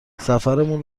سفرمون